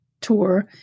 tour